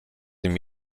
nim